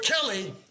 Kelly